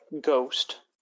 ghost